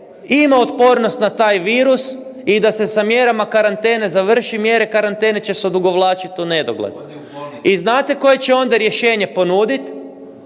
ima otpornost na taj virus i da se sa mjerama karantene završi, mjere karantene će se odugovlačiti u nedogled. I znate koje će onda rješenje ponuditi?